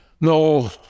No